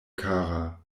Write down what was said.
kara